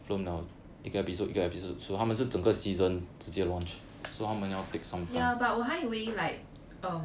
ya but 我还以为 like um